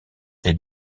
est